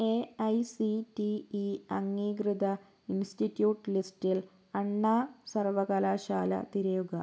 A I C T E അംഗീകൃത institute ലിസ്റ്റിൽ അണ്ണാ സർവകലാശാല തിരയുക